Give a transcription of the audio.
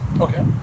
Okay